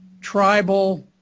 tribal